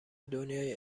دنیای